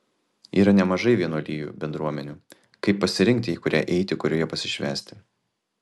yra nemažai vienuolijų bendruomenių kaip pasirinkti į kurią eiti kurioje pasišvęsti